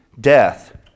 death